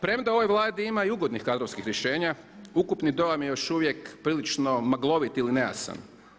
Premda u ovoj Vladi ima i ugodnih kadrovskih rješenja, ukupni dojam je još uvijek prilično maglovit ili nejasan.